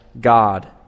God